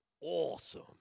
awesome